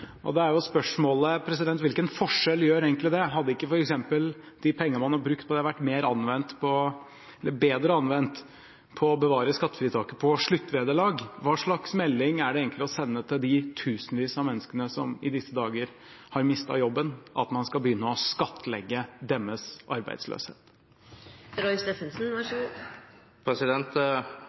og da er jo spørsmålet: Hvilken forskjell gjør egentlig det? Hadde ikke de pengene man har brukt på det, vært bedre anvendt på f.eks. å bevare skattefritaket på sluttvederlag? Hva slags melding er det egentlig å sende til de tusenvis av menneskene som i disse dager har mistet jobben, at man skal begynne å skattlegge deres arbeidsløshet?